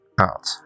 out